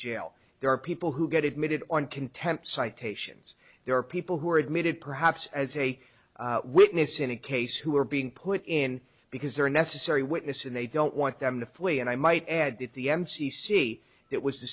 jail there are people who get admitted on contempt citations there are people who are admitted perhaps as a witness in a case who are being put in because they are necessary witness and they don't want them to flee and i might add that the m c c that was the